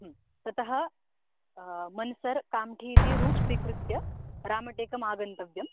ततः मन्सर् काम्ठी इति रूट् स्वीक्रुत्य रामटेकमागन्तव्यं